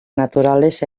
naturales